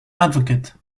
advocate